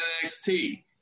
NXT